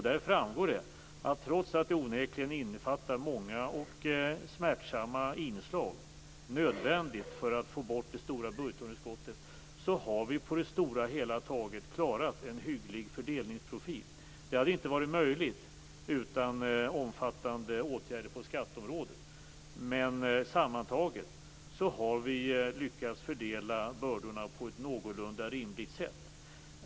Där framgår det att trots att programmet onekligen innefattar många och smärtsamma inslag, nödvändiga för att få bort det stora budgetunderskottet, har vi på det stora hela klarat en hygglig fördelningsprofil. Det hade inte varit möjligt utan omfattande åtgärder på skatteområdet. Sammantaget har vi lyckats fördela bördorna på ett någorlunda rimligt sätt.